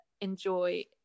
enjoy